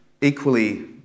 equally